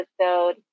episode